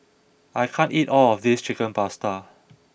I can't eat all of this Chicken Pasta